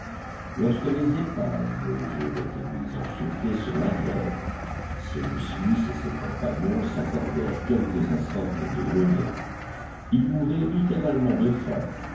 lorsque les épaves eurent été mises en sûreté sur la grève cyrus smith et ses compagnons s'accordèrent quelques instants pour déjeuner ils mouraient littéralement de faim